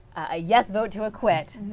ah yes vote to acquit,